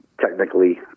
technically